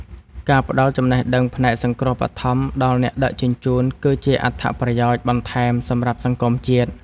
ការផ្ដល់ចំណេះដឹងផ្នែកសង្គ្រោះបឋមដល់អ្នកដឹកជញ្ជូន គឺជាអត្ថប្រយោជន៍បន្ថែមសម្រាប់សង្គមជាតិ។